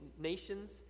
nations